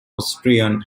austrian